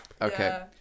Okay